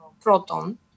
proton